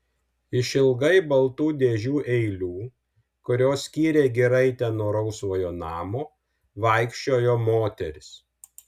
išilgai baltų dėžių eilių kurios skyrė giraitę nuo rausvojo namo vaikščiojo moteris